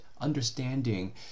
understanding